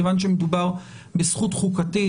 מכיוון שמדובר בזכות חוקתית,